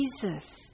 Jesus